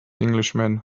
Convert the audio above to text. englishman